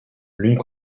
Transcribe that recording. l’une